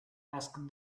asked